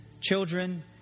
children